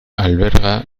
alberga